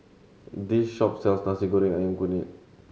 this shop sells Nasi Goreng Ayam Kunyit